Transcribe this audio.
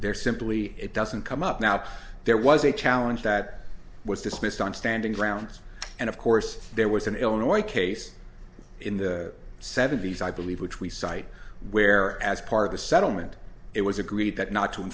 they're simply it doesn't come up now there was a challenge that was dismissed on standing grounds and of course there was an illinois case in the seventy's i believe which we cite where as part of a settlement it was agreed that not to